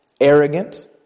arrogant